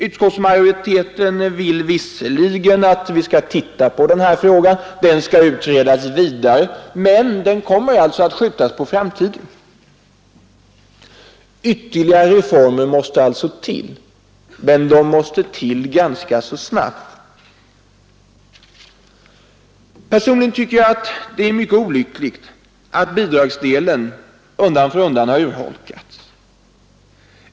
Utskottsmajorieten vill visserligen att vi skall utreda frågan vidare, men den kommer då alltså att skjutas på framtiden. Ytterligare reformer måste alltså till, men de måste till ganska snabbt. Personligen tycker jag att det är mycket olyckligt att bidragsdelen undan för undan urholkats.